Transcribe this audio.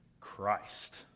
Christ